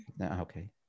okay